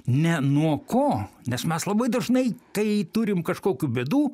ne nuo ko nes mes labai dažnai kai turim kažkokių bėdų